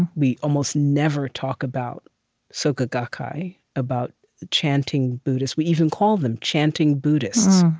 and we almost never talk about soka gakkai, about chanting buddhists. we even call them chanting buddhists,